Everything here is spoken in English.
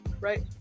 right